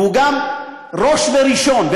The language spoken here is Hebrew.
והוא גם ראש וראשון.